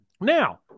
now